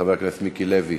חבר הכנסת מיקי לוי.